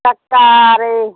ꯆꯥꯛ ꯆꯥꯔꯦ